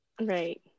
Right